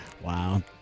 Wow